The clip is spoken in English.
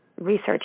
research